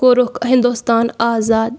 کوٚرُکھ ہِندوستان آزاد